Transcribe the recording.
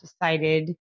decided